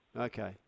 Okay